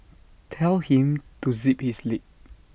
tell him to zip his lip